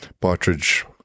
partridge